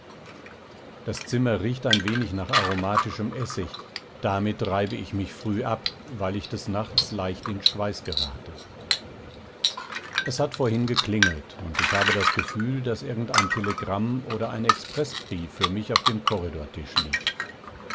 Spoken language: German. das zimmer riecht ein wenig nach aromatischem essig damit reibe ich mich früh ab weil ich des nachts leicht in schweiß gerate es hat vorhin geklingelt und ich habe das gefühl daß irgendein telegramm oder ein expreßbrief für mich auf dem korridortisch liegt